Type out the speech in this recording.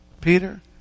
Peter